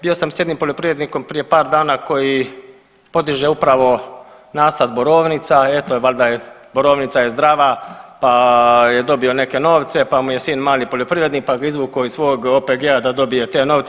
Bio sam sa jednim poljoprivrednikom prije par dana koji podiže upravo nasad borovnica, eto valjda borovnica je zdrava pa je dobio neke novce, pa mu je sin mali poljoprivrednik pa je izvuko iz svog OPG-a da dobije te novce.